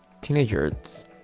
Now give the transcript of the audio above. teenagers